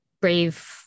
brave